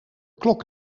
klok